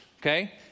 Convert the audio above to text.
Okay